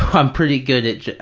i'm pretty good at,